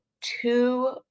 two